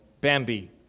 Bambi